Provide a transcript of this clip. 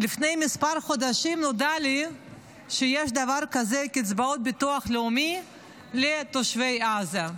לפני כמה חודשים נודע לי שיש דבר כזה קצבאות ביטוח לאומי לתושבי עזה.